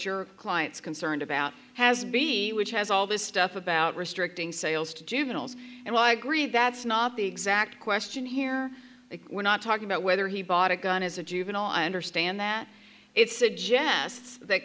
your client's concerned about has b which has all this stuff about restricting sales to juveniles and i agree that's not the exact question here we're not talking about whether he bought a gun as a juvenile i understand that it suggests that